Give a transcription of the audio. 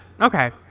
Okay